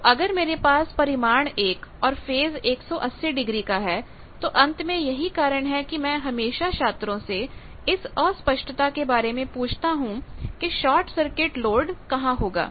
तो अगर मेरे पास परिमाण 1 और फेज 180 डिग्री का है तो अंत में यही कारण है कि मैं हमेशा छात्रों से इस अस्पष्टता के बारे में पूछता हूं कि शॉर्ट सर्किट लोड कहां होगा